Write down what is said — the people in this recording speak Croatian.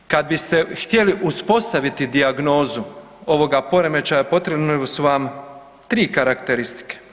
Kad biste htjeli uspostaviti dijagnozu ovoga poremećaja potrebni su vam 3 karakteristike.